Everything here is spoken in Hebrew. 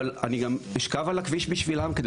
אבל אני גם אשכב על הכביש בשבילם כדי